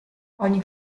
ogni